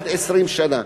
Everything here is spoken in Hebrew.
עד 20 שנה,